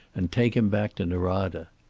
and take him back to norada.